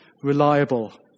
reliable